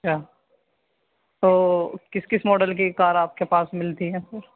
اچھا تو کس کس ماڈل کی کار آپ کے پاس ملتی ہے سر